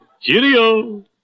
cheerio